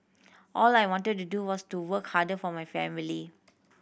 all I wanted to do was to work harder for my family